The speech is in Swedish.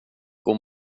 god